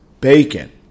bacon